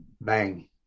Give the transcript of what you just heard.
bang